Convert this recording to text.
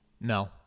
No